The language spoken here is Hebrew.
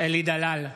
אלי דלל,